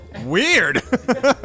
weird